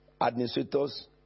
administrators